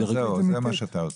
זהו, זה מה שאתה עושה.